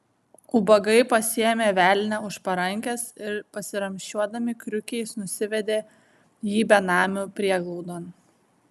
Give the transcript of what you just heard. ubagai pasiėmė velnią už parankės ir pasiramsčiuodami kriukiais nusivedė jį benamių prieglaudon